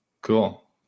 Cool